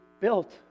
built